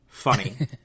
funny